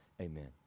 amen